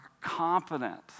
confident